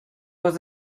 was